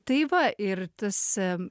tai va ir tas em